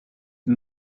the